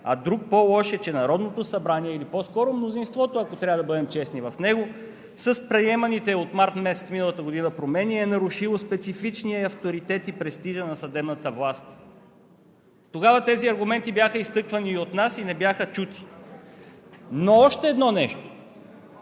а друг по-лош е, че Народното събрание, или по-скоро, ако трябва да бъдем честни, мнозинството в него с приетите от месец март миналата година промени е нарушило специфичния авторитет и престижа на съдебната власт. Тогава тези аргументи бяха изтъквани и от нас и не бяха чути. Още едно нещо.